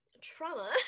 trauma